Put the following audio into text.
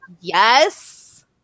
yes